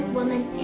woman